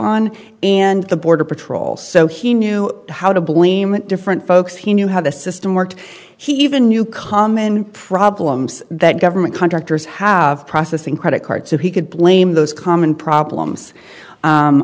on and the border patrol so he knew how to blame and different folks he knew how the system worked he even knew common problems that government contractors have processing credit cards so he could blame those common problems